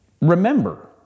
remember